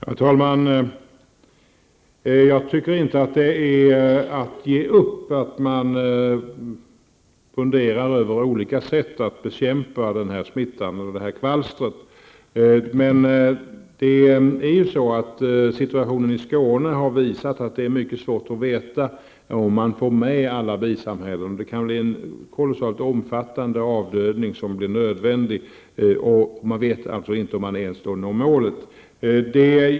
Herr talman! Jag tycker inte att det är att ge upp, att man funderar över olika sätt att bekämpa detta kvalster. Situationen i Skåne har visat att det är mycket svårt att veta om man får med alla bisamhällen. Det kan bli nödvändigt med en kolosalt omfattande avdödning, och man vet inte om man når målet ens då.